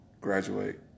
graduate